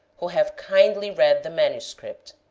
who have kindly read the manuscript.